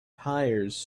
hires